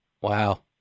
Wow